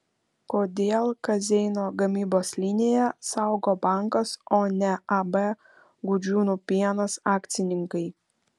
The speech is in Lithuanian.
kodėl kazeino gamybos liniją saugo bankas o ne ab gudžiūnų pienas akcininkai